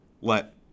let